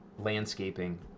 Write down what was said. Landscaping